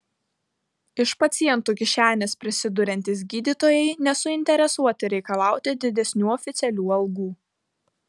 iš pacientų kišenės prisiduriantys gydytojai nesuinteresuoti reikalauti didesnių oficialių algų